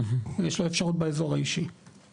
יש לו אפשרות באזור האישי.